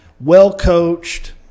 well-coached